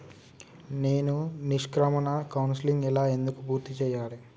నేను నిష్క్రమణ కౌన్సెలింగ్ ఎలా ఎందుకు పూర్తి చేయాలి?